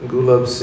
Gulab